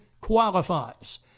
qualifies